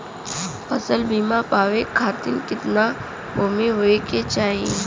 फ़सल बीमा पावे खाती कितना भूमि होवे के चाही?